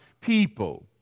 people